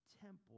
temple